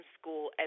school